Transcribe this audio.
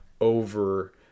over